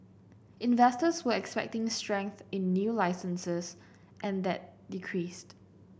investors were expecting strength in new licences and that decreased